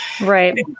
Right